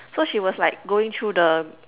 so she was like going through the